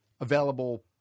available